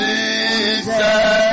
Jesus